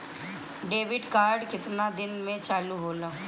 Debit card केतना दिन में चालु होला?